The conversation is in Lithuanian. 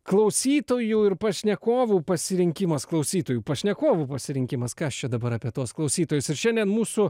klausytojų ir pašnekovų pasirinkimas klausytojų pašnekovų pasirinkimas ką aš čia dabar apie tuos klausytojus ir šiandien mūsų